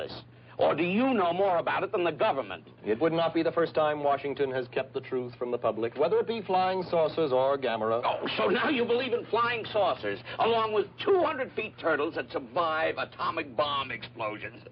this or do you know more about it than the government would not be the first time washington has kept the truth from the public whether the flying saucers are gamma do you believe in flying saucers along with two hundred feet turtles and five atomic bomb explosion